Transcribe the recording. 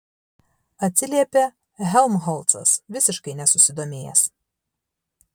atsiliepė helmholcas visiškai nesusidomėjęs